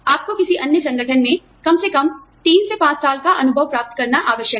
आपको किसी अन्य संगठन में कम से कम 3 से 5 साल का अनुभव प्राप्त करना आवश्यक है